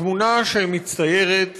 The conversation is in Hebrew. התמונה שמצטיירת